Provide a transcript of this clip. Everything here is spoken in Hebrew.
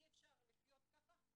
אי אפשר לחיות ככה,